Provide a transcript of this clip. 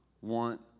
want